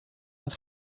een